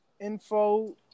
info